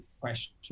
question